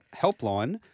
Helpline